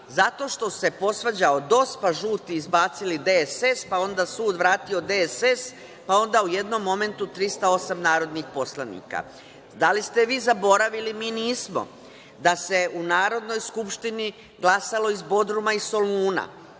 zato što se posvađao DOS, pa žuti izbacili DSS, pa onda sud vrati DSS, pa onda u jednom momentu 308 narodnih poslanika. Da li ste vi zaboravili da se u Narodnoj skupštini glasalo iz Bodruma i Soluna?